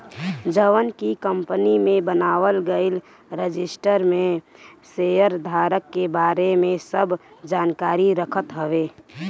जवन की कंपनी में बनावल गईल रजिस्टर में शेयरधारक के बारे में सब जानकारी रखत हवे